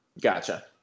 Gotcha